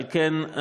על כן,